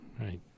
Right